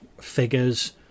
figures